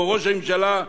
ראש הממשלה שאומר: